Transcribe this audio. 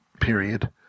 period